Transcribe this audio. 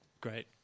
great